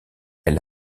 elle